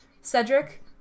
Cedric